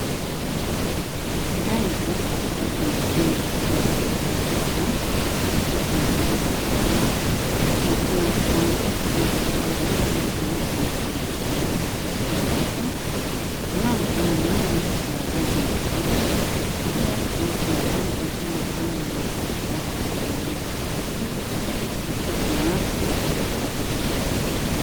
Mlango wa darasa la shule ya Gredi ya 1C, ofisi ya mwalimu Agnes na kuna maandishi ambayo mwalimu Agnes anawakaribisha wote ofisini mwake. Mlango wenyewe ni wa rangi nyekundu. Juu yake kuna bango tena ambalo limeandikwa katika wino mweusi katika karatasi nyeupe.